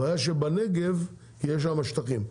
הבעיה שבנגב יש שם שטחים,